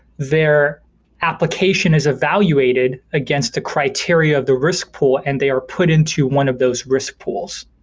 their application is evaluated against the criteria of the risk pool and they are put into one of those risk pools.